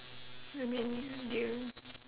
I mean do you